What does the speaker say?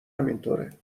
همینطوره